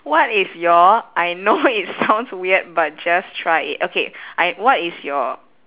what is your I know it sounds weird but just try it okay I what is your